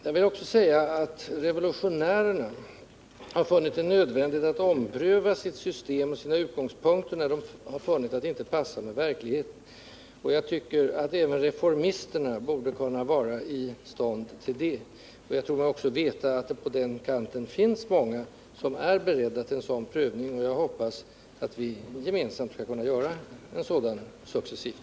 Jag vill också säga att revolutionärerna dragit sig för att ompröva sitt system och sina utgångspunkter när de funnit att de inte stämmer med verkligheten. Jag tycker att även reformisterna borde vara i stånd till detta. Jag tror mig också veta att det på den kanten finns många som är beredda att göra en sådan prövning, och jag hoppas att vi gemensamt skall kunna göra den successivt.